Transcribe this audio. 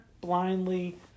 blindly